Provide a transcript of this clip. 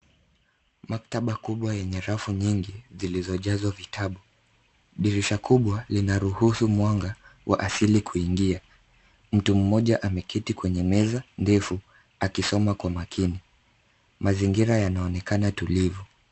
Maktaba kubwa yenye rafu nyingi zilizojazwa vitabu. Dirisha kubwa linaruhusu mwanga wa asili kuingia. Mtu mmoja ameketi kwenye meza ndefu akisoma kwa makini. Mazingira yanaonekana tulivu.